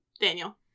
Daniel